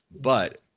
But-